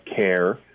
care